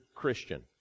Christian